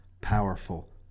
powerful